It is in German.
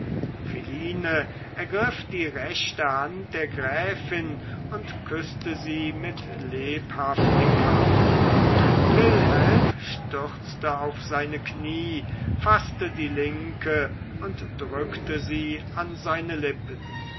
ergriff die rechte hand der gräfin und küßte sie mit lebhaftigkeit wilhelm stürzte auf seine kniee faßte die linke und drückte sie an seine lippen